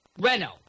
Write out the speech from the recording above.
Renault